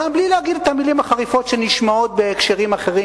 גם בלי להגיד את המלים החריפות שנשמעות בהקשרים אחרים,